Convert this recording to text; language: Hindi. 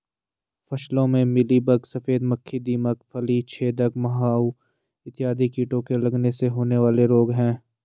फसलों में मिलीबग, सफेद मक्खी, दीमक, फली छेदक माहू इत्यादि कीटों के लगने से होने वाले रोग हैं